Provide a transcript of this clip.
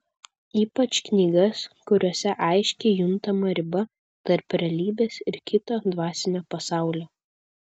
ypač knygas kuriose aiškiai juntama riba tarp realybės ir kito dvasinio pasaulio